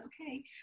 okay